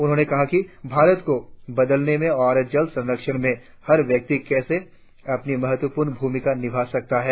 उन्होंने कहा कि भारत को बदलने में और जल संरक्षण में हर व्यक्ति कैसे अपनी महत्वपूर्ण भूमिका निभा सकता है